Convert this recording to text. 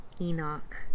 Enoch